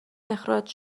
اخراج